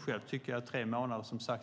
Själv tycker jag som sagt